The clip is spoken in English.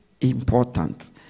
important